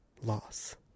Loss